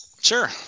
Sure